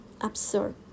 absurd